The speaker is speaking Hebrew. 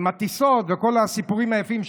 עם הטיסות וכל הסיפורים היפים שלו.